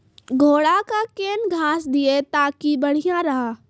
घोड़ा का केन घास दिए ताकि बढ़िया रहा?